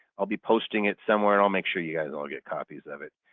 i'll be posting it somewhere and i'll make sure you guys all get copies of it.